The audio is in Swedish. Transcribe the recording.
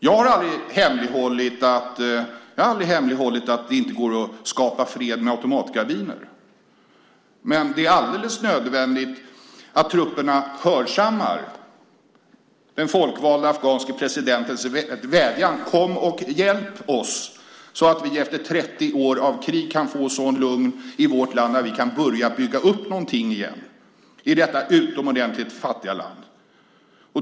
Jag har aldrig hemlighållit att det inte går att skapa fred med automatkarbiner. Men det är alldeles nödvändigt att trupperna hörsammar den folkvalda afghanske presidentens vädjan: Kom och hjälp oss, så att vi efter 30 år av krig kan få lugnt i vårt land och börja bygga upp någonting igen i detta utomordentligt fattiga land.